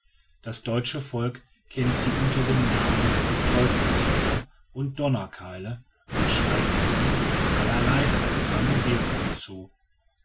das deutsche volk kennt sie unter den namen teufelsfinger und donnerkeile und schreibt ihnen allerlei heilsame wirkung zu